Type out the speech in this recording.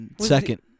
Second